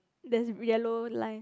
there's yellow line